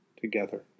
together